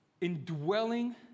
indwelling